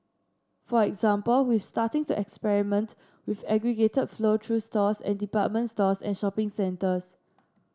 for example we starting to experiment with aggregated flow through stores and department stores and shopping centres